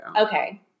Okay